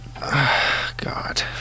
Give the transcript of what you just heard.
God